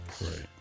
Right